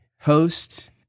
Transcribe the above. host